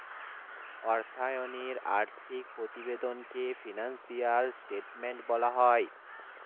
অর্থায়নে আর্থিক প্রতিবেদনকে ফিনান্সিয়াল স্টেটমেন্ট বলা হয়